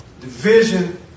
division